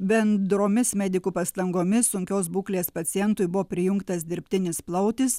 bendromis medikų pastangomis sunkios būklės pacientui buvo prijungtas dirbtinis plautis